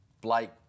blake